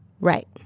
Right